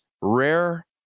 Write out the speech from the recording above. rare